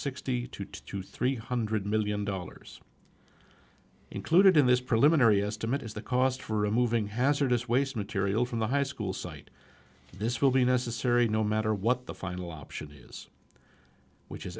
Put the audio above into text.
sixty two to three hundred million dollars included in this preliminary estimate is the cost for a moving hazardous waste material from the high school site this will be necessary no matter what the final option is which is